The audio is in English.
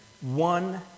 one